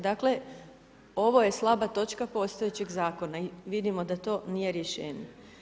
Dakle, ovo je slaba točka postojećeg zakona i vidimo da to nije rješenje.